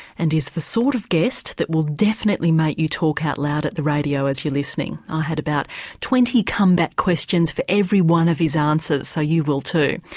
and is the sort of guest that will definitely make you talk out loud at the radio as you're listening. i had about twenty comeback questions for every one of his answers, so you will too.